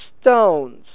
stones